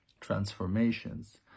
transformations